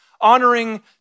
honoring